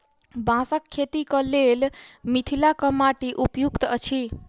बाँसक खेतीक लेल मिथिलाक माटि उपयुक्त अछि